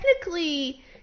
technically